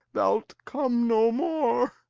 thou'lt come no more,